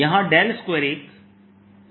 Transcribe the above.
जहां 2 एक Laplacian operator है